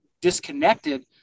disconnected